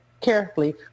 carefully